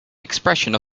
expression